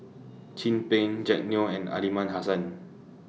Chin Peng Jack Neo and Aliman Hassan